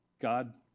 God